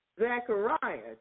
Zechariah